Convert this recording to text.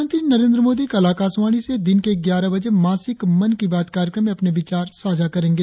प्रधानमंत्री नरेंद्र मोदी कल आकाशवाणी से दिन के ग्यारह बजे मासिक मन की बात कार्यक्रम में अपने विचार साझा करेंगे